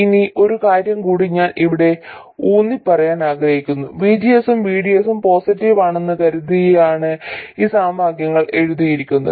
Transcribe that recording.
ഇനി ഒരു കാര്യം കൂടി ഞാൻ ഇവിടെ ഊന്നിപ്പറയാൻ ആഗ്രഹിക്കുന്നു VGS ഉം VDS ഉം പോസിറ്റീവ് ആണെന്ന് കരുതിയാണ് ഈ സമവാക്യങ്ങൾ എഴുതിയിരിക്കുന്നത്